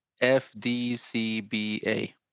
F-D-C-B-A